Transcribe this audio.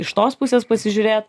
iš tos pusės pasižiūrėt